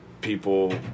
people